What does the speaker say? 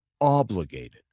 obligated